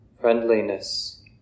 friendliness